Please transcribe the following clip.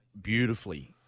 beautifully